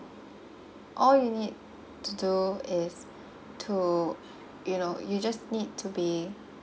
all you need to do is to you know you just need to be